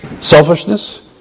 selfishness